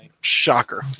shocker